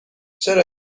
چرا